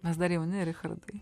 mes dar jauni richardai